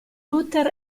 router